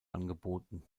angeboten